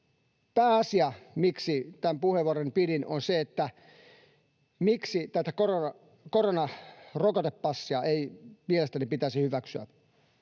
Pääasia, miksi tämän puheenvuoroni pidin, on se, miksi tätä koronarokotepassia ei mielestäni pitäisi hyväksyä.